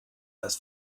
das